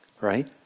right